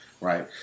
right